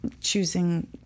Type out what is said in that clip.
choosing